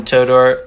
Todor